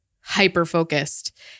hyper-focused